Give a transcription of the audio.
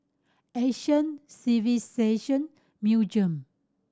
Asian Civilisation Museum